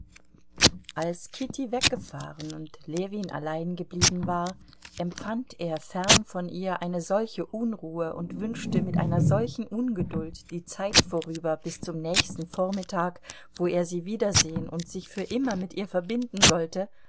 als kitty weggefahren und ljewin allein geblieben war empfand er fern von ihr eine solche unruhe und wünschte mit einer solchen ungeduld die zeit vorüber bis zum nächsten vormittag wo er sie wiedersehen und sich für immer mit ihr verbinden sollte